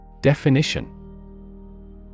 Definition